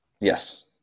Yes